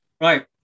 Right